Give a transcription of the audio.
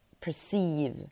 perceive